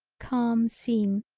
calm seen,